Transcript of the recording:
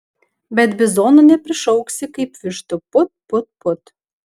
bet bizonų neprišauksi kaip vištų put put put